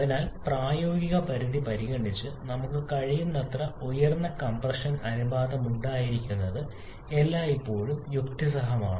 അതിനാൽ പ്രായോഗിക പരിധി പരിഗണിച്ച് നമുക്ക് കഴിയുന്നത്ര ഉയർന്ന കംപ്രഷൻ അനുപാതം ഉണ്ടായിരിക്കുന്നത് എല്ലായ്പ്പോഴും യുക്തിസഹമാണ്